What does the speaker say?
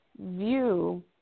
view